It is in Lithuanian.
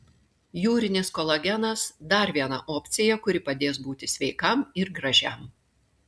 jūrinis kolagenas dar viena opcija kuri padės būti sveikam ir gražiam